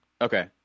Okay